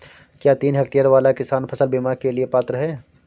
क्या तीन हेक्टेयर वाला किसान फसल बीमा के लिए पात्र हैं?